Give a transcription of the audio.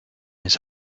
his